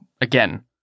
again